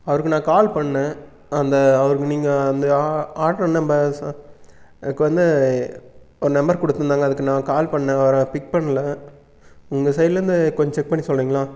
அவருக்கு நான் கால் பண்ணேன் அந்த அவருக்கு நீங்கள் வந்து ஆர்ட்ரு நம்பர் ச எனக்கு வந்து ஒரு நம்பர் கொடுத்துருந்தாங்க அதுக்கு நான் கால் பண்ணேன் அவரு பிக் பண்ணல உங்கள் சைடில் இருந்து கொஞ் செக் பண்ணி சொல்கிறிங்களா